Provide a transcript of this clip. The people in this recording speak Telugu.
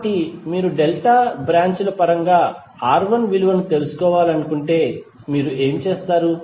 కాబట్టి మీరు డెల్టా బ్రాంచ్ ల పరంగా R1 విలువను తెలుసుకోవాలనుకుంటే మీరు ఏమి చేస్తారు